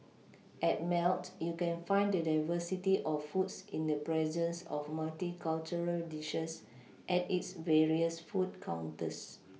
at melt you can find the diversity of foods in the presence of multicultural dishes at its various food counters